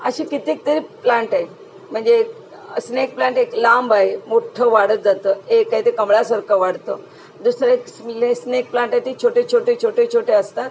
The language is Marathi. असे कितकतरी प्लांट आहे म्हणजे स्नेक प्लांट एक लांब आहे मोठ्ठं वाढत जातं एक आहे ते कमळासारखं वाढतं दुसरं एक स्ने स्नेक प्लांट आहे ते छोटे छोटे छोटे छोटे असतात